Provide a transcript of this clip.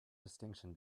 distinction